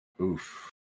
Oof